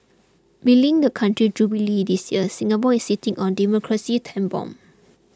belying the country's Jubilee this year Singapore is sitting on a demographic time bomb